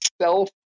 self